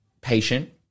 patient